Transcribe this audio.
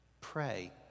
pray